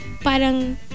parang